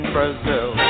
Brazil